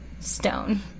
stone